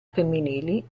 femminili